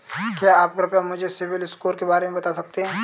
क्या आप कृपया मुझे सिबिल स्कोर के बारे में बता सकते हैं?